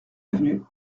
avenue